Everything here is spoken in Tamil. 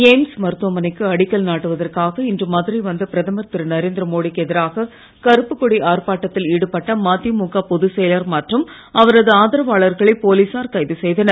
எய்ம்ஸ் மருத்துவமனைக்கு அடிக்கல் நாட்டுவதற்காக இன்று மதுரை வந்த பிரதமர் திரு நரேந்திர மோடி க்கு எதிராக கருப்புக்கொடி ஆர்ப்பாட்டத்தில் ஈடுபட்ட மதிமுக பொதுச்செயலர் மற்றும் அவரது ஆதரவாளர்களை போலீசார் கைது செய்தனர்